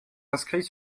inscrits